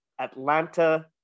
atlanta